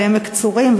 לעמק-צורים,